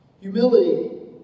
Humility